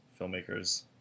filmmakers